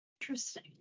Interesting